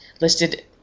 listed